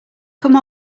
come